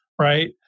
right